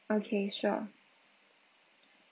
okay sure